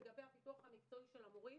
לגבי הפיתוח המקצועי של המורים